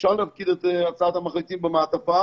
אפשר להפקיד את הצעת המחליטים במעטפה